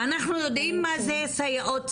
אנחנו יודעים מה זה סייעות צהרונים,